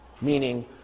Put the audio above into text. Meaning